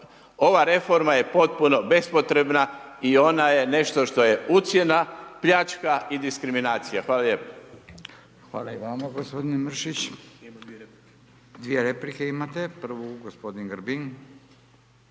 ova reforma je potpuno bespotrebna i ona je nešto što je ucjena, pljačka i diskriminacija. Hvala lijepo. **Radin, Furio (Nezavisni)** Hvala i vama. Gospodin Mrsić, dvije replike imate, prvu gospodin Grbin.